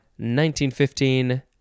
1915